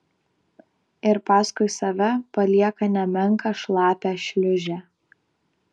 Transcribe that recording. ir paskui save palieka nemenką šlapią šliūžę